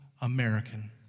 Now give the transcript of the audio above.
American